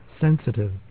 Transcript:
sensitive